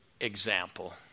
example